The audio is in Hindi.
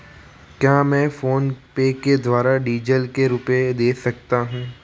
क्या मैं फोनपे के द्वारा डीज़ल के रुपए दे सकता हूं?